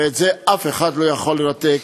ואת זה אף אחד לא יכול לנתק,